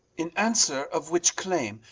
in answer of which claime,